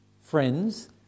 friends